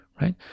right